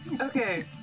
Okay